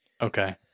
Okay